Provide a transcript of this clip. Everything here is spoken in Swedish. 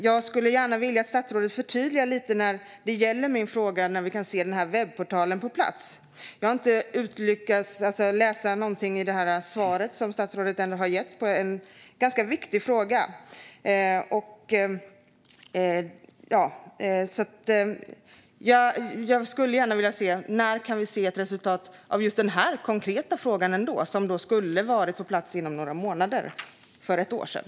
Jag skulle vilja att statsrådet förtydligade lite när vi kan se denna webbportal på plats. Jag har inte lyckats utläsa något om det i statsrådets svar på min ganska viktiga fråga. När kan vi se ett konkret resultat? Den skulle ju ha varit på plats inom några månader för ett år sedan.